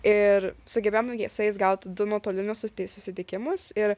ir sugebėjom nu ji su jais gaut du nuotolinius sutis susitikimus ir